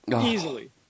easily